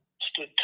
stood